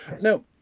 Now